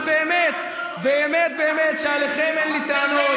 אבל באמת, באמת, באמת שאליכם אין לי טענות.